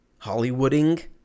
Hollywooding